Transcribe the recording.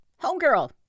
Homegirl